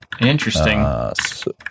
Interesting